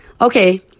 Okay